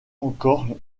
encore